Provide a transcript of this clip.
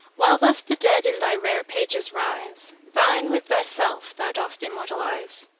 while thus the dead in thy rare pages rise thine, with thyself, thou dost immortalise,